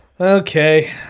Okay